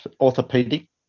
orthopedic